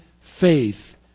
faith